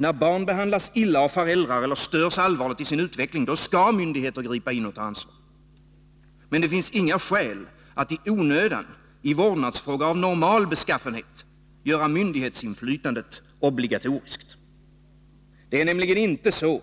När barn behandlas illa av föräldrar eller störs allvarligt i sin utveckling, då skall myndigheter gripa in och ta ansvar. Men det finns inga skäl att i onödan, i vårdnadsfråga av normal beskaffenhet, göra myndighetsinflytandet obligatoriskt. Det är nämligen inte så,